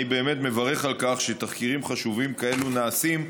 אני באמת מברך על כך שתחקירים חשובים כאלו נעשים,